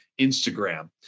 Instagram